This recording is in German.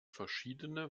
verschiedene